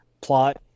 plot